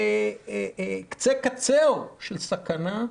בקצה קצה של סכנה,